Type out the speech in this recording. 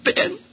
Ben